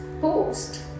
post